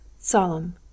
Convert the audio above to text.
solemn